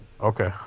Okay